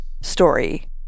story